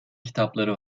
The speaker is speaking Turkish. kitapları